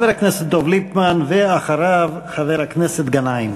חבר הכנסת דב ליפמן, ואחריו, חבר הכנסת גנאים.